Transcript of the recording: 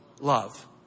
Love